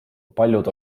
paljud